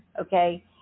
okay